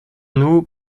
nous